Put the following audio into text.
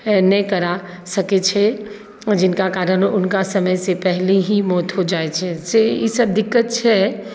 नहि करा सकै छै ओ जिनका कारण हुनका समयसँ पहिने ही मौत हो जाइत छै से ईसभ दिक्कत छै